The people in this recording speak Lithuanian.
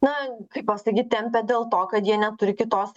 na kaip pasakyt tempia dėl to kad jie neturi kitos